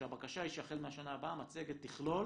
כשהבקשה היא שהחל מהשנה הבאה המצגת תכלול